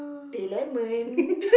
teh lemon